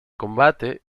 combate